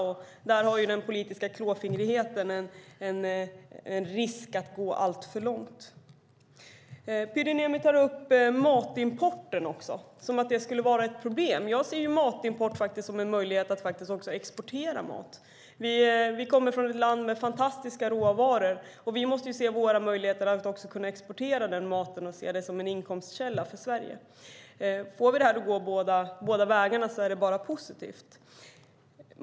Risken finns att den politiska klåfingrigheten går alltför långt. Pyry Niemi tar också upp frågan om matimporten som ett problem. Jag ser matimporten som en möjlighet att också exportera mat. Vi finns i ett land med fantastiska råvaror och måste se även våra möjligheter att exportera mat, alltså se maten som en inkomstkälla för Sverige. Får vi det att gå båda vägarna är det bara positivt.